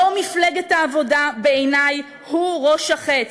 יושב-ראש מפלגת העבודה, בעיני, הוא ראש החץ.